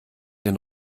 den